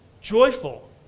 Joyful